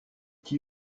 qui